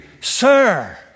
Sir